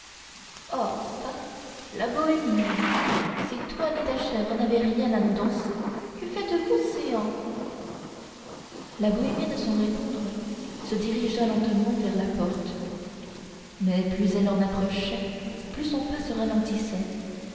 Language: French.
or çà la bohémienne si toi ni ta chèvre n'avez rien à nous danser que faites-vous céans la bohémienne sans répondre se dirigea lentement vers la porte mais plus elle en approchait plus son pas se ralentissait